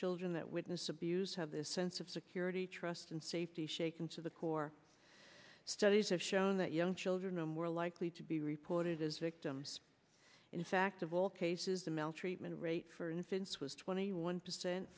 children that witness abuse have this sense of security trust and safety shaken to the core studies have shown that young children are more likely to be reported as victims in fact of all cases the maltreatment rate for instance was twenty one percent